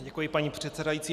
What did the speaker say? Děkuji, paní předsedající.